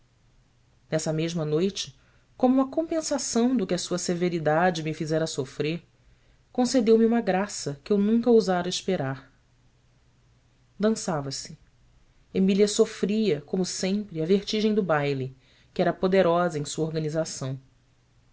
nessa mesma noite como uma compensação do que a sua severidade me fizera sofrer concedeu me uma graça que eu nunca ousara esperar dançava se emília sofria como sempre a vertigem do baile que era poderosa em sua organização